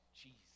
Jesus